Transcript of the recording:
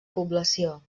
població